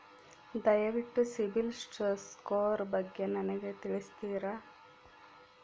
ದಯವಿಟ್ಟು ಸಿಬಿಲ್ ಸ್ಕೋರ್ ಬಗ್ಗೆ ನನಗೆ ತಿಳಿಸ್ತೀರಾ?